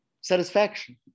satisfaction